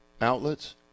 outlets